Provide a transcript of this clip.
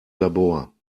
labor